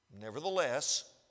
Nevertheless